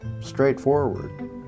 straightforward